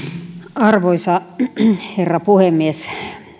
arvoisa herra puhemies